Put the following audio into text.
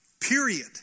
period